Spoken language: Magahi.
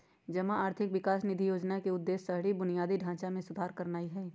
जमा आर्थिक विकास निधि जोजना के उद्देश्य शहरी बुनियादी ढचा में सुधार करनाइ हइ